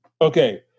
Okay